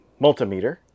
multimeter